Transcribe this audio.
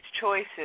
choices